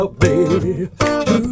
baby